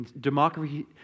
democracy